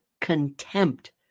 contempt